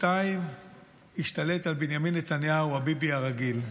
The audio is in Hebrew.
שתיים השתלט על בנימין נתניהו הביבי הרגיל,